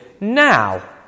now